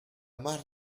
más